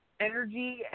energy